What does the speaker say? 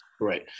Right